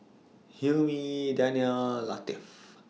Hilmi Danial Latif